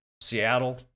Seattle